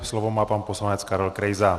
Slovo má pan poslanec Karel Krejza.